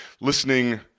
listening